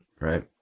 Right